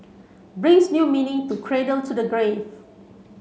brings new meaning to cradle to the grave